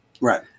right